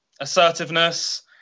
assertiveness